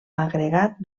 agregat